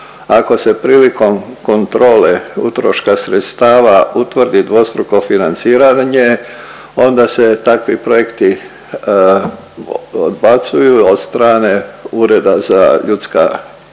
Ako se prilikom kontrole utroška sredstava utvrdi dvostruko financiranje onda se takvi projekti odbacuju od strane Ureda za ljudska i